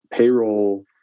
Payroll